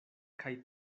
kaj